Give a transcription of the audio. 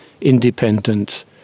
independent